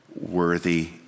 worthy